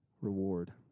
reward